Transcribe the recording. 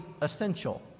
essential